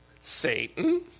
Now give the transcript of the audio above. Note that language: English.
Satan